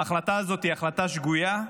ההחלטה הזאת היא החלטה שגויה,